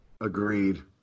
agreed